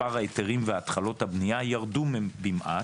מספר ההיתרים והתחלות הבנייה ירדו במעט,